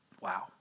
Wow